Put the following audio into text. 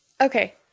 Okay